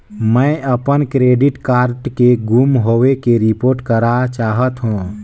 मैं अपन debit card के गुम होवे के रिपोर्ट करा चाहत हों